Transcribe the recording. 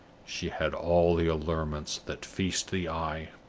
she had all the allurements that feast the eye,